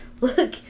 Look